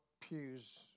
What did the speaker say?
pews